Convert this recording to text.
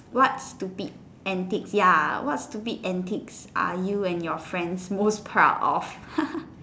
what stupid antics ya what stupid antics are you and your friends most proud of